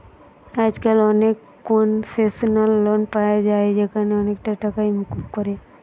আজকাল অনেক concessional loan পায়া যায় যেখানে অনেকটা টাকাই মুকুব করে